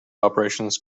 operators